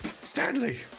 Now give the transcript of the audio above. Stanley